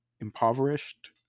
impoverished